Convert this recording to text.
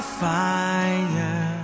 fire